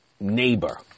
neighbor